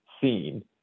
seen